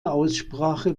aussprache